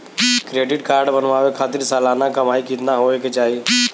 Credit card बनवावे खातिर सालाना कमाई कितना होए के चाही?